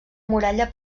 muralla